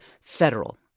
federal